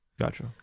gotcha